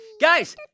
Guys